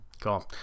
cool